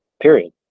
period